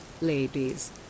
ladies